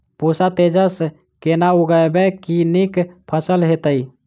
पूसा तेजस केना उगैबे की नीक फसल हेतइ?